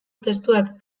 testuak